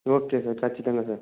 okay sir ఖచ్చితంగా sir